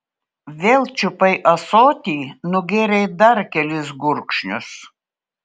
vėl čiupai ąsotį nugėrei dar kelis gurkšnius